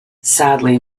sadly